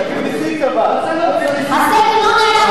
הסקר,